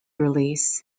release